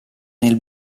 nel